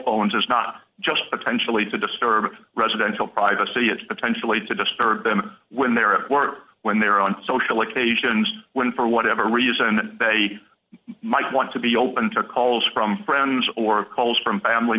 phones is not just potentially to disturb residential privacy it's potentially to disturb them when they're at work when they're on social occasions when for whatever reason they might want to be open to calls from friends or calls from family